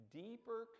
deeper